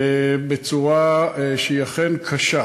בצורה שהיא אכן קשה.